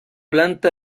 planta